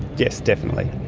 yes, definitely,